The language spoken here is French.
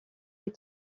est